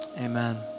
Amen